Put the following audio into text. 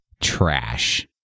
trash